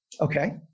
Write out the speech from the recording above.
okay